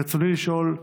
רצוני לשאול: